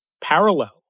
parallel